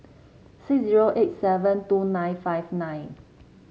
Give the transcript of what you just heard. six zero eight seven two nine five nine